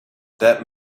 that